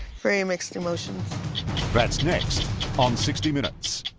very mixed emotions that's next on sixty minutes